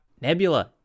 Nebula